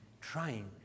trying